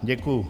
Děkuju.